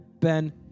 Ben